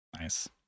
Nice